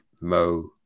Mo